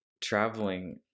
traveling